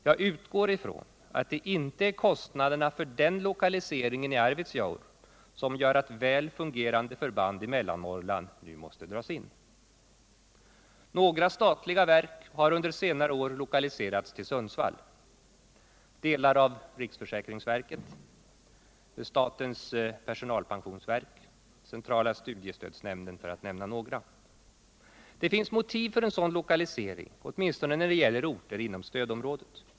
Jag utgår ifrån att det inte är kostnaderna för lokaliseringen i Arvidsjaur som gör att väl fungerande förband i Mellannorrland nu måste dras in. Några statliga verk har under senare år lokaliserats till Sundsvall: delar av riksförsäkringsverket, statens personalpensionsverk och centrala studiestödsnämnden, för att nämna några. Det finns motiv för en sådan lokalisering, åtminstone när det gäller orter inom stödområdet.